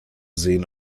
sehen